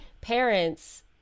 parents